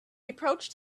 approached